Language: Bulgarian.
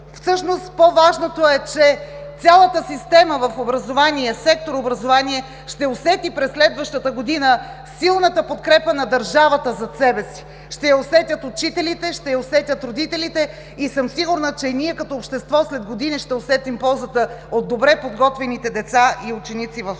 всъщност по-важното е, че цялата система в сектор „Образование“ ще усети през следващата година силната подкрепа на държавата зад себе си – ще я усетят учителите, ще я усетят родителите и съм сигурна, че ние като общество след години ще усетим ползата от добре подготвените деца и ученици в